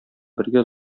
бергә